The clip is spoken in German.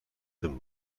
dem